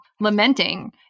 lamenting